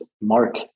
Mark